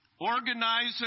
organizer